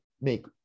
make